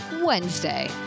Wednesday